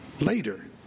later